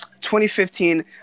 2015